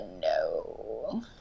no